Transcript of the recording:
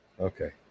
Okay